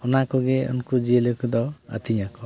ᱚᱱᱟ ᱠᱚᱜᱮ ᱩᱱᱠᱩ ᱡᱤᱭᱟᱹᱞᱤ ᱠᱚᱫᱚ ᱟᱛᱤᱧᱟᱠᱚ